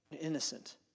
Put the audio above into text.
innocent